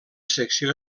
secció